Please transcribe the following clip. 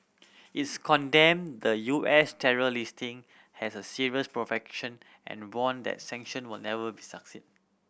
it's condemned the U S terror listing as a serious provocation and warned that sanction would never be succeed